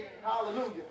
hallelujah